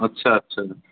अच्छा अच्छा